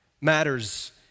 matters